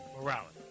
Morality